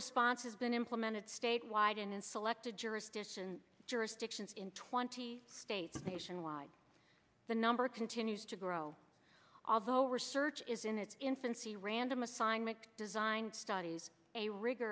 response has been implemented statewide and in selected jurisdiction jurisdictions in twenty states nationwide the number continues to grow although research is in its infancy random assignment design studies a rig